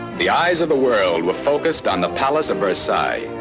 the eyes of the world were focused on the palace of versailles.